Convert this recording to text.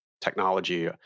technology